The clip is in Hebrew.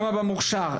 כמה במוכשר,